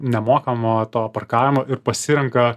nemokamo to parkavimo ir pasirenka